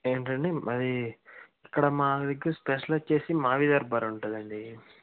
ఏంటండీ మది ఇక్కడ మా దగ్గర స్పెషల్ వచ్చేసి మావిదర్భారు ఉంటుందండి